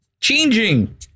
changing